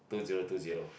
two zero two zero